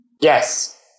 Yes